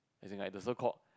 as in like the so called